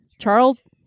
Charles